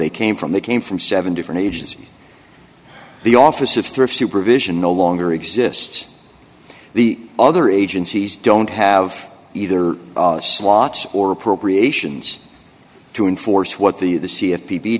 they came from they came from seven different ages the office of thrift supervision no longer exists the other agencies don't have either slots or appropriations to enforce what the the c of